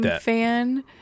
fan